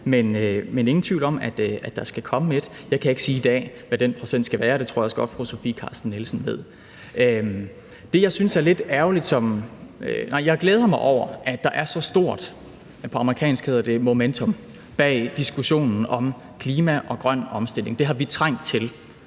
er ingen tvivl om, at der skal komme et bud. Jeg kan ikke sige i dag, hvad den procent skal være, og det tror jeg også godt fru Sofie Carsten Nielsen ved. Jeg glæder mig over, at der er et så stort, på amerikansk hedder det momentum, bag diskussionen om klima og grøn omstilling; det har vi trængt til.